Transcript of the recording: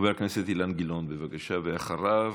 חבר הכנסת אילן גילאון, בבקשה, ואחריו,